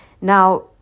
Now